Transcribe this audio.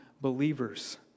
believers